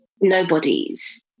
nobody's